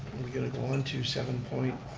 we going to go on to seven point